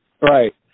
Right